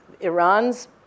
Iran's